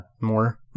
more